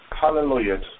hallelujah